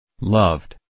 Loved